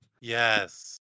Yes